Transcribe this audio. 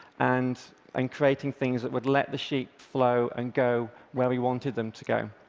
and and creating things that would let the sheep flow and go where we wanted them to go.